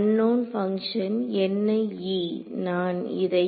unknown function நான் இதை